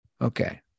Okay